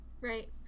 Right